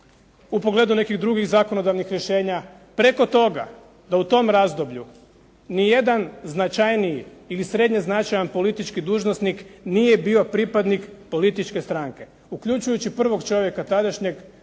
u pogledu nekih drugih zakonodavnih rješenja preko toga da u tom razdoblju ni jedan značajniji ili srednje značajan politički dužnosnik nije bio pripadnik političke stranke, uključujući prvog čovjeka tadašnjeg,